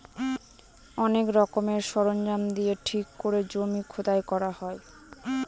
অনেক রকমের সরঞ্জাম দিয়ে ঠিক করে জমি খোদাই করা হয়